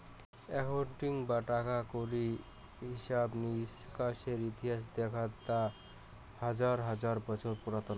accounting বা টাকা কড়ির হিছাব নিকেসের ইতিহাস দেখাত তো হাজার হাজার বছর পুরাতন